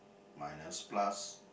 minus plus